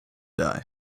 die